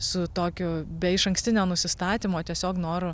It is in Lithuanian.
su tokiu be išankstinio nusistatymo tiesiog noru